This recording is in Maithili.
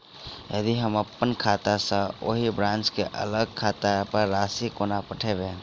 यदि हम अप्पन खाता सँ ओही ब्रांच केँ अलग खाता पर राशि कोना पठेबै?